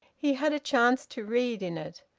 he had a chance to read in it.